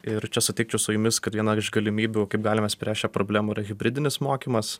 ir čia sutikčiau su jumis kad viena iš galimybių kaip galima spręst šią problemą yra hibridinis mokymas